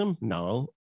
No